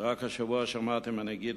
ורק השבוע שמעתי מהנגיד,